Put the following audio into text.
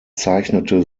zeichnete